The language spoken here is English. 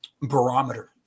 barometer